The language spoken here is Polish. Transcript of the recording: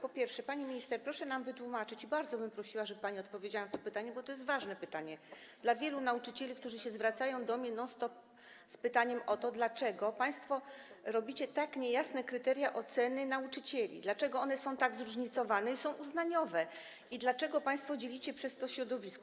Po pierwsze, pani minister, proszę nam wytłumaczyć - i bardzo bym prosiła, żeby pani odpowiedziała na to pytanie, bo to jest ważne pytanie dla wielu nauczycieli, którzy non stop się do mnie z nim zwracają - dlaczego państwo tworzycie tak niejasne kryteria oceny nauczycieli, dlaczego one są tak zróżnicowane i uznaniowe, dlaczego państwo dzielicie przez to środowisko.